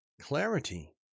clarity